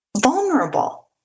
vulnerable